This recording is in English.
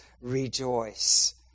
rejoice